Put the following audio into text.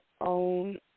own